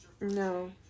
No